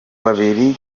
babiri